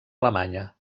alemanya